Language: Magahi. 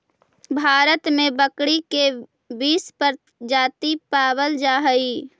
भारत में बकरी के बीस प्रजाति पावल जा हइ